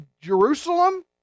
Jerusalem